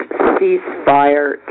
ceasefire